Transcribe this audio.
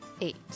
eight